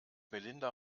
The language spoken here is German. melinda